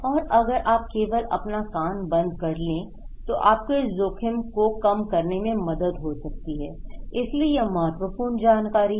और अगर आप केवल अपना कान बंद कर ले तो आपको इस जोखिम को कम करने में मदद हो सकती है इसलिए ये महत्वपूर्ण जानकारी हैं